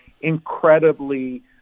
incredibly